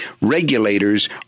regulators